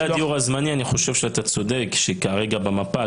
הדיור הזמני אני חושב שאתה צודק שכרגע במפה,